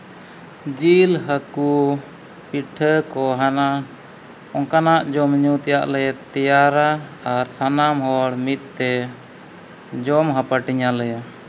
ᱡᱤᱞ ᱦᱟᱹᱠᱩ ᱯᱤᱴᱷᱟᱹ ᱠᱚ ᱦᱟᱱᱟ ᱚᱱᱠᱟᱱᱟᱜ ᱡᱚᱢᱼᱧᱩ ᱛᱮᱭᱟᱜ ᱞᱮ ᱛᱮᱭᱟᱨᱟ ᱟᱨ ᱥᱟᱱᱟᱢ ᱦᱚᱲ ᱢᱤᱫᱛᱮ ᱡᱚᱢ ᱦᱟᱹᱯᱟᱹᱴᱤᱧ ᱟᱞᱮ